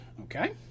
Okay